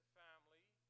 family